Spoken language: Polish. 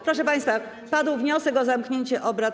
Proszę państwa, padł wniosek o zamknięcie obrad.